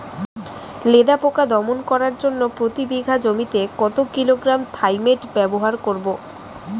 লেদা পোকা দমন করার জন্য প্রতি বিঘা জমিতে কত কিলোগ্রাম থাইমেট ব্যবহার করব?